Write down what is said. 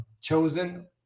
chosen